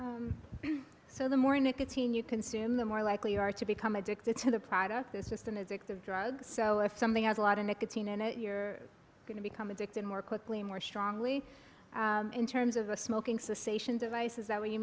using so the more nicotine you consume the more likely you are to become addicted to the product it's just an addictive drug so if something has a lot of nicotine in it you're going to become addicted more quickly more strongly in terms of a smoking cessation device is that what you